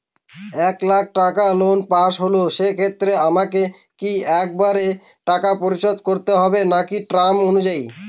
এক লাখ টাকা loan pass হল সেক্ষেত্রে আমাকে কি একবারে টাকা শোধ করতে হবে নাকি টার্ম অনুযায়ী?